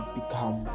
become